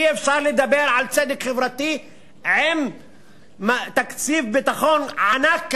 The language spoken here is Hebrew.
אי-אפשר לדבר על צדק חברתי עם תקציב ביטחון ענק כזה,